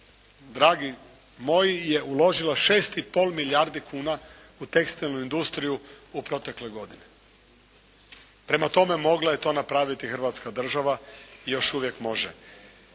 dragi moji je uložila 6,5 milijardi kuna u tekstilnu industriju u protekle godine. Prema tome, mogla je to napraviti Hrvatska država i još uvijek može.